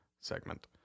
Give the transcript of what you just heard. segment